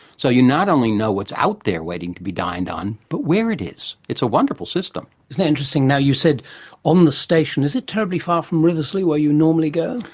so you not only know what's out there waiting to be dined on, but where it is. it's a wonderful system. isn't that interesting! now you said on the station is it terribly far from riversleigh where you normally go?